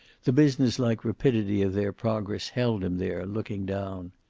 the businesslike rapidity of their progress, held him there, looking down.